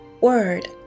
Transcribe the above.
word